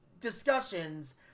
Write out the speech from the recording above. discussions